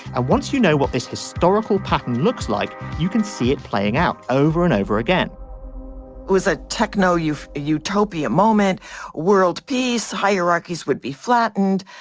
and once you know what this historical pattern looks like you can see it playing out over and over again it was a techno utopian moment world peace hierarchies would be flattened.